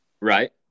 Right